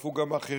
והצטרפו גם אחרים,